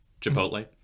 Chipotle